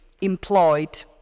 employed